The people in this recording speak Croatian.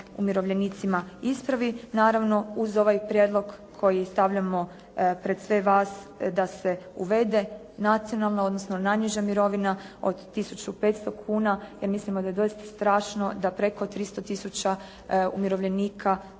umirovljenicima ispravi, naravno uz ovaj prijedlog koji stavljamo pred sve vas da se uvede nacionalna, odnosno najniža mirovina od 1.500,00 kuna jer mislimo da je doista strašno da preko 300 tisuća umirovljenika